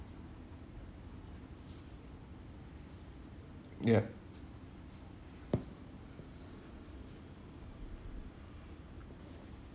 yup